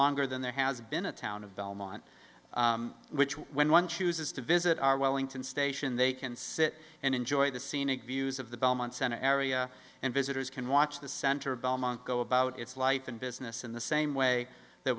longer than there has been a town of belmont which when one chooses to visit our wellington station they can sit and enjoy the scenic views of the belmont center area and visitors can watch the center belmont go about its life and business in the same way that